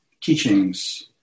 teachings